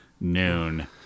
noon